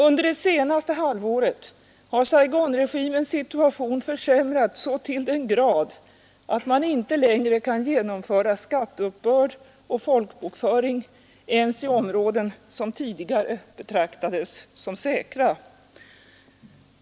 Under det senaste halvåret har Saigonregimens situation försämrats så till den grad, att man inte längre kan genomföra skatteuppbörd och folkbokföring ens i områden som tidigare betraktades som säkra.